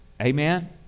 amen